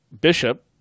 Bishop